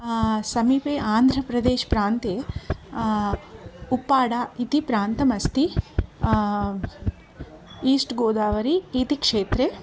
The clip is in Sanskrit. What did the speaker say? समीपे आन्ध्रप्रदेश् प्रान्ते उप्पाडा इति प्रान्तमस्ति ईस्ट् गोदावरि इति क्षेत्रे